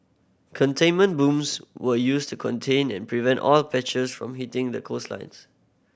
containment booms were used to contain and prevent oil patches from hitting the coastlines